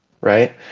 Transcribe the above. right